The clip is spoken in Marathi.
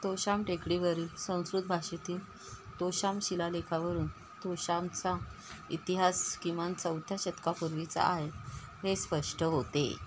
तोशाम टेकडीवरील संस्कृत भाषेतील तोशाम शिलालेखावरून तोशामचा इतिहास किमान चौथ्या शतकापूर्वीचा आहे हे स्पष्ट होते